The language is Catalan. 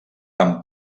tan